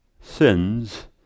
sins